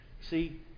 See